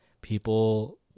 people